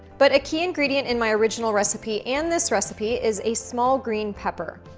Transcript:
but a key ingredient in my original recipe and this recipe is a small green pepper.